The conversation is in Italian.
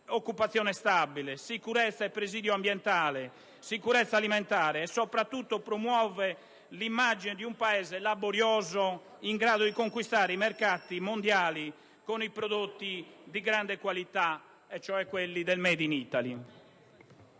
occupazione stabili, presidio ambientale, sicurezza alimentare e soprattutto promuove l'immagine di un Paese laborioso, in grado di conquistare i mercati mondiali con i prodotti di grande qualità, cioè quelli del *made in Italy*.